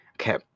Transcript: Okay